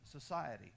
society